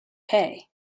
pay